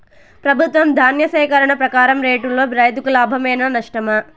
ప్రభుత్వం ధాన్య సేకరణ ప్రకారం రేటులో రైతుకు లాభమేనా నష్టమా?